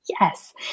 Yes